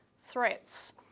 threats